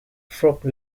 thorpe